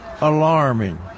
alarming